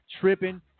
tripping